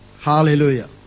Hallelujah